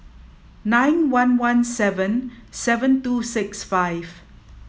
nine one one seven seven two six five